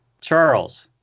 Charles